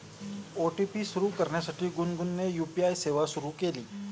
OTP सुरू करण्यासाठी गुनगुनने यू.पी.आय सेवा सुरू केली